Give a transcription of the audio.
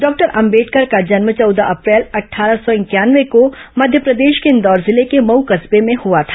doctor Ambedkar का जन्म चौदह अप्रैल अट्ठार सौ इंक्यानवे को मध्यप्रदेश के इंदौर जिले के मऊ कस्बे में हुआ था